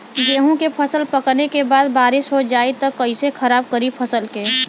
गेहूँ के फसल पकने के बाद बारिश हो जाई त कइसे खराब करी फसल के?